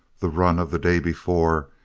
the run of the day before,